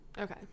Okay